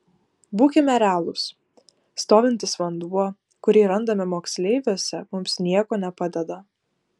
būkime realūs stovintis vanduo kurį randame moksleiviuose mums nieko nepadeda